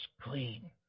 clean